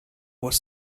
was